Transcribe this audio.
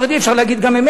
אפשר להגיד גם אמת.